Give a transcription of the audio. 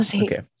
okay